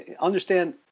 understand